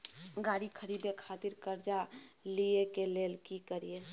गाड़ी खरीदे खातिर कर्जा लिए के लेल की करिए?